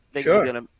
sure